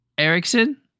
Erickson